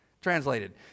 Translated